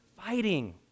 fighting